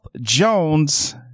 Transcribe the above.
Jones